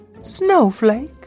Snowflake